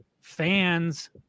fans